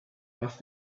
ask